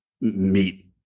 meet